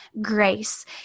grace